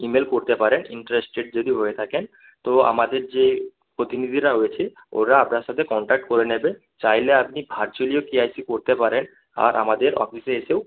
email করতে পারেন interested যদি হয়ে থাকেন তো আমাদের যে প্রতিনিধিরা রয়েছে ওরা আপনার সাথে কনট্যাক্ট করে নেবে চাইলে আপনি ভার্চুয়ালিও কে ওয়াই সি করতে পারেন আর আমাদের অফিসে এসেও